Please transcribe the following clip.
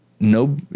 no